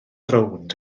rownd